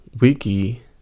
wiki